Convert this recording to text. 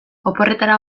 oporretara